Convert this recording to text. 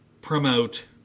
promote